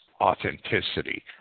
authenticity